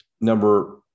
Number